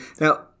Now